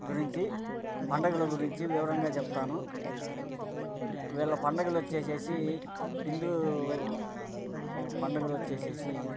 గురించి పండుగల గురించి వివరంగా చెప్తాను వీళ్ళ పండుగలు వచ్చి హిందూ పండగలు వచ్చి